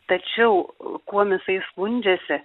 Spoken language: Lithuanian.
tačiau kuom jisai skundžiasi